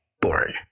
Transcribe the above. born